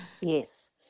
Yes